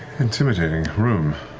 intimidating room.